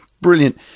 Brilliant